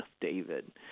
David